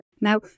Now